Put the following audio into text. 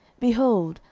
behold,